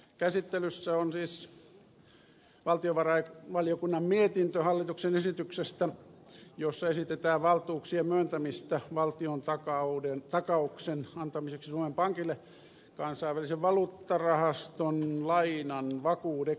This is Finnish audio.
käsittelyssä on siis valtiovarainvaliokunnan mietintö hallituksen esityksestä jossa esitetään valtuuksien myöntämistä valtion takauksen antamiseksi suomen pankille kansainvälisen valuuttarahaston lainan vakuudeksi